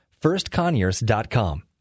firstconyers.com